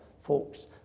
folks